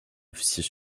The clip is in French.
officier